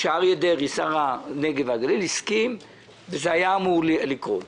כשאריה דרעי שר הנגב והגליל הסכים וזה היה אמור לקרות.